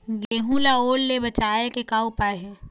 गेहूं ला ओल ले बचाए के का उपाय हे?